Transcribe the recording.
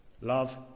Love